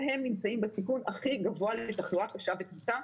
הם נמצאים בסיכון הכי גבוה לתחלואה קשה ותמותה.